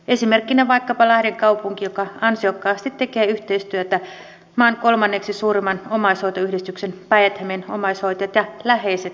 esimerkkinä vaikkapa lahden kaupunki joka ansiokkaasti tekee yhteistyötä maan kolmanneksi suurimman omaishoitoyhdistyksen päijät hämeen omaishoitajat ja läheiset ryn kanssa